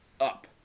up